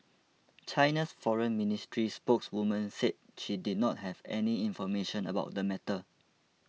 China's foreign ministry spokeswoman said she did not have any information about the matter